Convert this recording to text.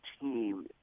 team